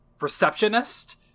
receptionist